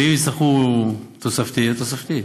ואם יצטרכו תוספתי יהיה תוספתי.